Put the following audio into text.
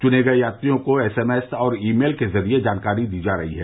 चुने गए यात्रियों को एस एम एस और ई मेल के जरिए जानकारी दी जा रही है